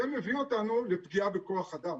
זה מביא אותנו לפגיעה בכוח אדם.